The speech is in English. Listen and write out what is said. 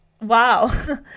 wow